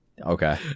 Okay